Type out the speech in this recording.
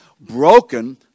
broken